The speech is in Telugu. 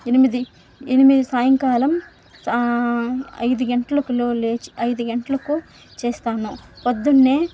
ఎనిమిది ఎనిమిది సాయంకాలం ఐదు గంటలకులో లేచి ఐదు గంటలకు చేస్తాను పొద్దున్నే